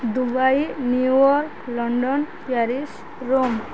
Dubai New York London Paris Rome